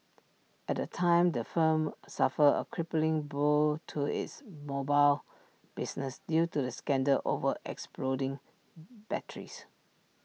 at the time the firm suffered A crippling blow to its mobile business due to the scandal over exploding batteries